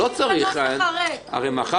--- מאחר